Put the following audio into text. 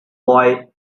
boy